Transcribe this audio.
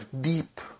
deep